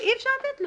ואי אפשר לתת לו.